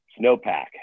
snowpack